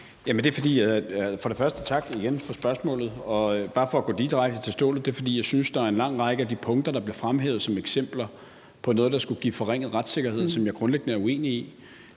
For det første tak igen for spørgsmålet. Bare for at gå direkte til stålet: Det er, fordi jeg synes, at der er en lang række af de punkter, der bliver fremhævet som eksempler på noget, der skulle give forringet retssikkerhed, som jeg grundlæggende er uenig i.